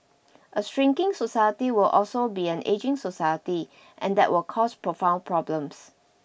a shrinking society will also be an ageing society and that will cause profound problems